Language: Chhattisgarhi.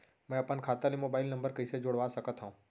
मैं अपन खाता ले मोबाइल नम्बर कइसे जोड़वा सकत हव?